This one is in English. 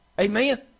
Amen